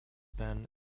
been